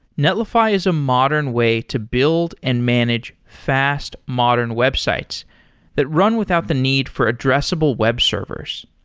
netlify is a modern way to build and manage fast modern websites that run without the need for addressable web servers.